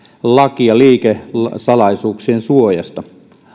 lakia liikesalaisuuksien suojasta